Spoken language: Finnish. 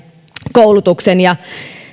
koulutuksen sehän